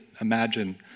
imagine